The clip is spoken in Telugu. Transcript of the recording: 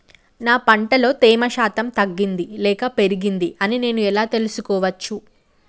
నా పంట లో తేమ శాతం తగ్గింది లేక పెరిగింది అని నేను ఎలా తెలుసుకోవచ్చు?